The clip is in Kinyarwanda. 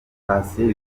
patient